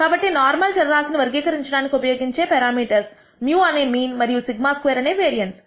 కాబట్టి నార్మల్ చరరాశి ని వర్గీకరించడానికి ఉపయోగించే పెరామీటర్స్ μ అనే మీన్ మరియు σ2 అనే వేరియన్స్